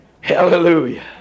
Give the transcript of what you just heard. hallelujah